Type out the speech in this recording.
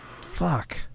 Fuck